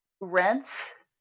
rents